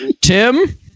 Tim